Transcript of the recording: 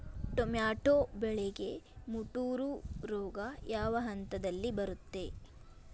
Tomato ಬೆಳೆಗೆ ಮುಟೂರು ರೋಗ ಯಾವ ಹಂತದಲ್ಲಿ ಬರುತ್ತೆ?